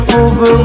over